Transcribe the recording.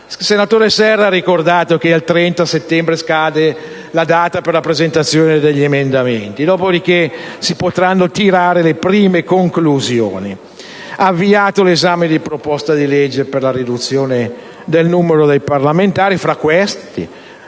senatore Serra ha ricordato che il 30 settembre scade la data per la presentazione degli emendamenti, dopo di che si potranno tirare le prime conclusioni. È stato avviato l'esame di proposte di legge per la riduzione del numero dei parlamentari; fra queste